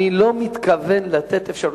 אני לא מתכוון לתת אפשרות,